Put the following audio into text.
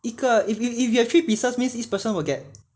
一个 if you if you have three pieces mean~ means each person will get